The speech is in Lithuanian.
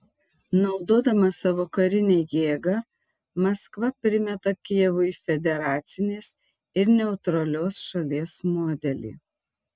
naudodama savo karinę jėgą maskva primeta kijevui federacinės ir neutralios šalies modelį